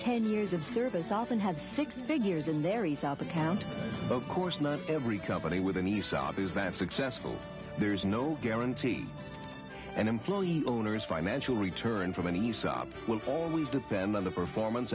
ten years of service often have six figures in their resolve account of course not every company with a nice salad is that successful there's no guarantee an employee owner's financial return from any use up will always depend on the performance